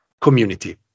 community